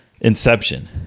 Inception